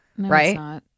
right